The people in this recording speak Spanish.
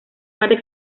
parte